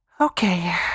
Okay